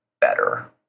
better